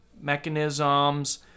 mechanisms